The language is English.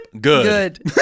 Good